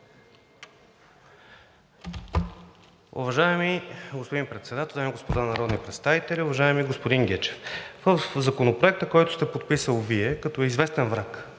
Уважаеми господин Председател, дами и господа народни представители! Уважаеми господин Гечев, в Законопроекта, който сте подписал Вие като известен враг